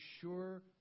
sure